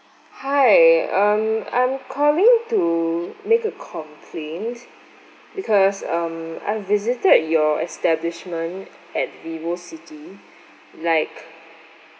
hi um I'm calling to make a complaint because um I've visited your establishment at vivo city like